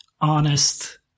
honest